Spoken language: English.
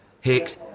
Hicks